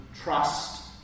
Trust